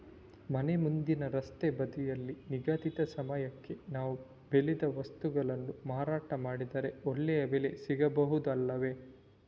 ಮನೆ ಮುಂದಿನ ರಸ್ತೆ ಬದಿಯಲ್ಲಿ ನಿಗದಿತ ಸಮಯಕ್ಕೆ ನಾವು ಬೆಳೆದ ವಸ್ತುಗಳನ್ನು ಮಾರಾಟ ಮಾಡಿದರೆ ಒಳ್ಳೆಯ ಬೆಲೆ ಸಿಗಬಹುದು ಅಲ್ಲವೇ?